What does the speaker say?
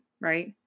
Right